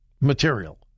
material